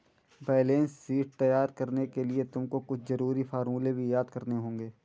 balance sheet तैयार करने के लिए तुमको कुछ जरूरी फॉर्मूले भी याद करने होंगे